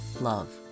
Love